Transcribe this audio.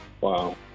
Wow